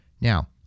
Now